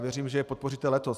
Věřím, že je podpoříte letos.